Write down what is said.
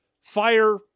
fire